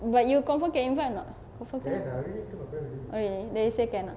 but you confirm can invite or not confirm can ah oh really they say can ah